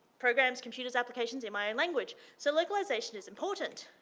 programs, computers, applications in my own language. so localization is important.